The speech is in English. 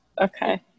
Okay